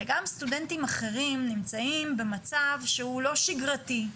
שגם סטודנטים אחרים נמצאים במצב שהוא לא שגרתי.